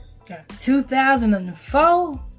2004